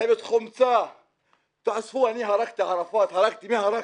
את מי הרגתי?